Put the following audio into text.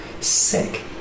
Sick